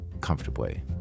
comfortably